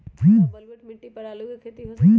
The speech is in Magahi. का बलूअट मिट्टी पर आलू के खेती हो सकेला?